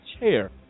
chair